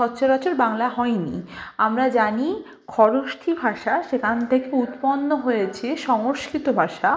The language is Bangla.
সচরাচর বাংলা হয় নি আমরা জানি খরস্থি ভাষা সেখান থেকে উৎপন্ন হয়েছে সংস্কৃত ভাষা